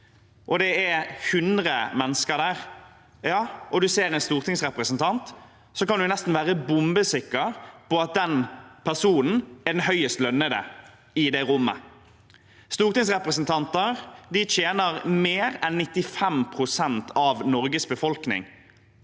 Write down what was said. det er 100 mennesker, og du ser en stortingsrepresentant, kan du nesten være bombesikker på at den personen er den høyest lønnede i det rommet. Stortingsrepresentanter tjener mer enn 95 pst. av Norges befolkning.